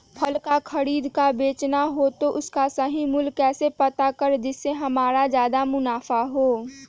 फल का खरीद का बेचना हो तो उसका सही मूल्य कैसे पता करें जिससे हमारा ज्याद मुनाफा हो?